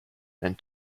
and